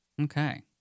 Okay